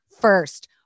first